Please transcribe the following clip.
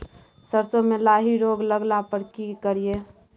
सरसो मे लाही रोग लगला पर की करिये?